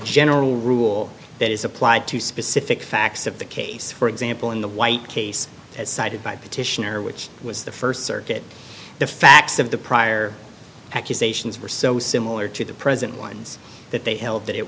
general rule that is applied to specific facts of the case for example in the white case as cited by petitioner which was the st circuit the facts of the prior accusations were so similar to the present ones that they held that it